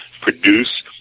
produce